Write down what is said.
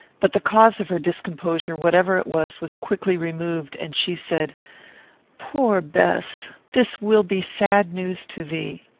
but the cause of her discomposure, whatever it was, was quickly removed, and she said poor bess! this will be sad news to thee!